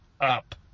up